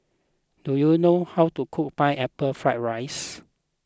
do you know how to cook Pineapple Fried Rice